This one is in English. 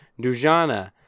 Dujana